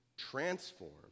transform